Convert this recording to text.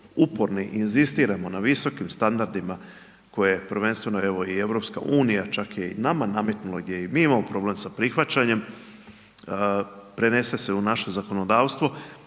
uporni i inzistiramo na visokim standardima koje prvenstveno evo i Europska unija, čak je i nama nametnula gdje i mi imao problem sa prihvaćanjem, prenese se u naše zakonodavstvo,